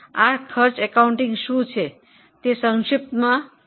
પડતર હિસાબી કરણ શું છે તેનો આ સંક્ષિપ્ત છે